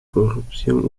corrupción